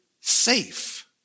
safe